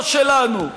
לא שלנו,